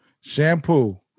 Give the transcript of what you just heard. Shampoo